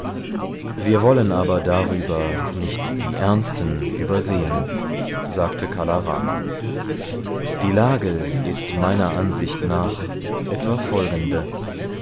wir wollen aber darüber nicht die ernsten übersehen sagte kala rama die lage ist meiner ansicht nach etwa folgende